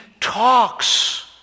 talks